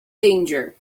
danger